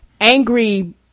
angry